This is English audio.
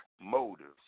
motives